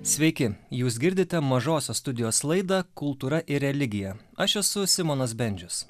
sveiki jūs girdite mažosios studijos laidą kultūra ir religija aš esu simonas bendžius